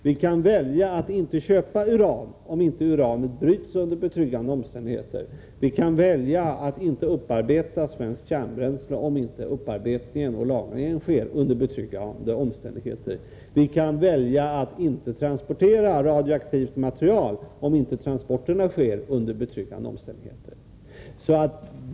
Vi kan välja att inte köpa uran om det inte bryts under betryggande omständigheter, välja att inte upparbeta svenskt kärnbränsle om inte upparbetning och lagring sker under betryggande omständigheter, välja att inte transportera radioaktivt material om inte transporterna sker under betryggande omständigheter.